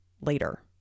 later